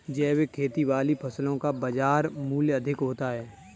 जैविक खेती वाली फसलों का बाजार मूल्य अधिक होता है